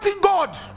God